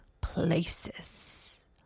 places